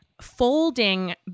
folding